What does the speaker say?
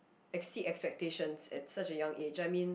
exceed expectations at such a young age I mean